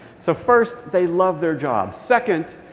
so first, they loved their job. second,